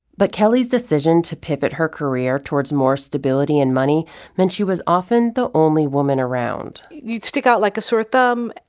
but kelly's decision to pivot her career towards more stability and money meant she was often the only woman around. you'd stick out like a sore thumb,